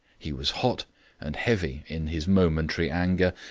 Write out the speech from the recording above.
he was hot and heavy in his momentary anger,